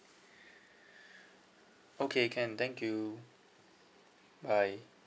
okay can thank you bye